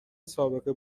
سابقه